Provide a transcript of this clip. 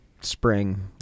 spring